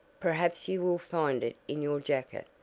perhaps you will find it in your jacket.